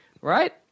Right